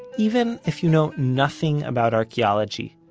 even if you know nothing about archeology,